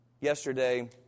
Yesterday